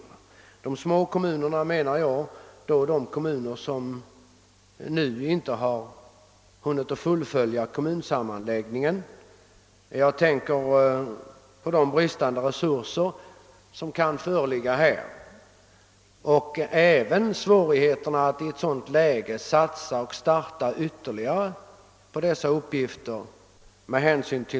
Med de små kommunerna menar jag då de kommuner beträffande vilka man ännu inte har hunnit att fullfölja kommunsammanläggningarna. Jag tänker på de bristande resurser som sådana kommuner kan ha och även svårigheter att med hänsyn till den kommande sammanläggningen starta och satsa ytterligare på dessa uppgifter.